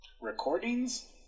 recordings